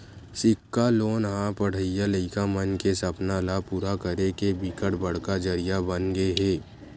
सिक्छा लोन ह पड़हइया लइका मन के सपना ल पूरा करे के बिकट बड़का जरिया बनगे हे